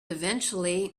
eventually